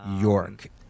York